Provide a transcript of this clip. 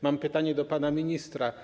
Mam pytanie do pana ministra.